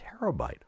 terabyte